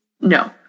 No